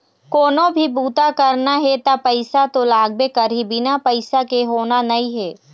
कोनो भी बूता करना हे त पइसा तो लागबे करही, बिना पइसा के होना नइ हे